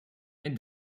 and